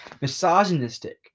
misogynistic